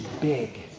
big